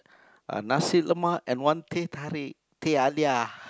uh Nasi-Lemak and one teh-tarik teh-halia